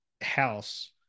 house